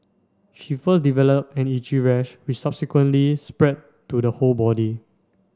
she first developed an itchy rash which subsequently spread to the whole body